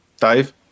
Dave